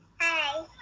Hi